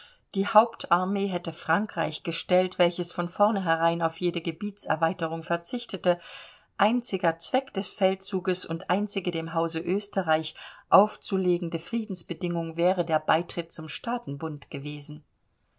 die hauptarmee hätte frankreich gestellt welches von vornherein auf jede gebietserweiterung verzichtete einziger zweck des feldzugs und einzige dem hause österreich aufzulegende friedensbedingung wäre der beitritt zum staatenbund gewesen